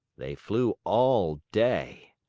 they flew all day.